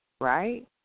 Right